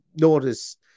notice